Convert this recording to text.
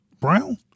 Brown